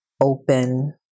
open